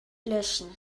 löschen